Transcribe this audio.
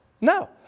No